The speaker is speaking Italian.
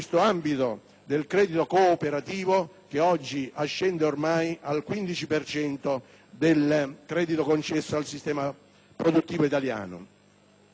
del credito cooperativo, che oggi ascende ormai al 15 per cento del credito concesso al sistema produttivo italiano.